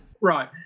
Right